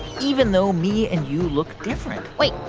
even though me and you look different wait,